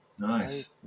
Nice